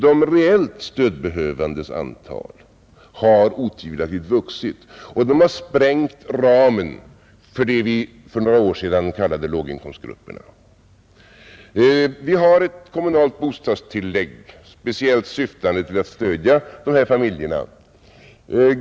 De reellt stödbehövandes antal har otvivelaktigt vuxit och sprängt ramen för det vi för några år sedan kallade låginkomstgrupperna, Vi har ett statligt och kommunalt bostadstillägg, speciellt syftande till att stödja dessa familjer.